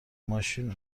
ماشین